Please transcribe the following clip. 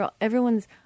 everyone's